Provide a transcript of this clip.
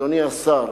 אדוני השר,